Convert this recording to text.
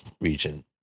region